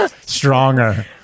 stronger